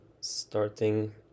starting